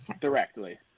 directly